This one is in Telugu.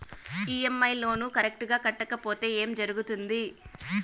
ఇ.ఎమ్.ఐ లోను కరెక్టు గా కట్టకపోతే ఏం జరుగుతుంది